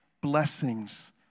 blessings